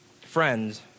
friends